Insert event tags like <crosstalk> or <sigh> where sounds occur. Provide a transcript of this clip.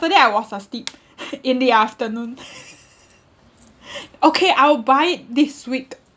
I was asleep <laughs> in the afternoon <laughs> okay I'll buy it this week